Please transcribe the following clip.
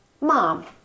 Mom